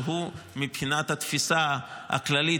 שמבחינת התפיסה הכללית,